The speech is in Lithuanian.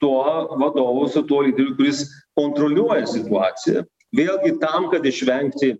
tuo vadovu su tuo lyderiu kuris kontroliuoja situaciją vėlgi tam kad išvengti